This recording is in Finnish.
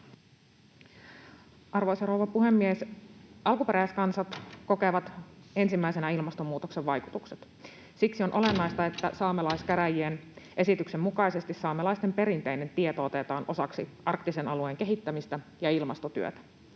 Arvoisa rouva puhemies! Alkuperäiskansat kokevat ensimmäisenä ilmastonmuutoksen vaikutukset. Siksi on olennaista, että saamelaiskäräjien esityksen mukaisesti saamelaisten perinteinen tieto otetaan osaksi arktisen alueen kehittämistä ja ilmastotyötä.